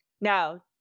Now